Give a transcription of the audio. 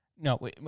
No